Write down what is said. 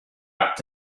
back